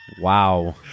Wow